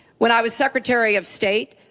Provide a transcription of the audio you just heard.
when i was secretary of state,